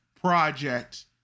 project